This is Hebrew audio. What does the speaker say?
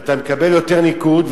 אתה מקבל יותר ניקוד,